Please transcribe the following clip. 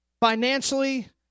financially